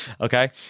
Okay